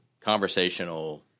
conversational